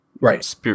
Right